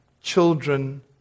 children